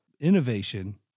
innovation